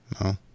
No